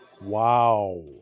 wow